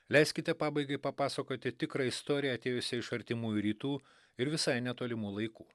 leiskite pabaigai papasakoti tikrą istoriją atėjusią iš artimųjų rytų ir visai netolimų laikų